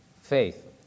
faith